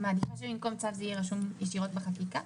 את מעדיפה שבמקום צו זה יהיה רשום ישירות בחקיקה?